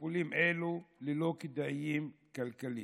טיפולים אלו ללא כדאיים כלכלית.